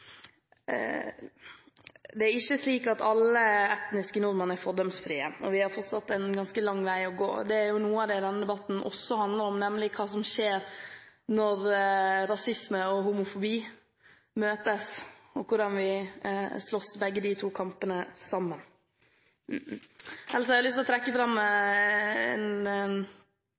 Det er ikke slik at alle etniske nordmenn er fordomsfrie. Vi har fortsatt en ganske lang vei å gå. Det er noe av det denne debatten også handler om, nemlig hva som skjer når rasisme og homofobi møtes, og hvordan vi slåss begge disse kampene samtidig. Ellers har jeg lyst til å trekke fram